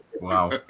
Wow